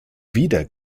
wieder